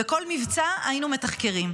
וכל מבצע היינו מתחקרים.